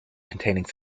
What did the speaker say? containing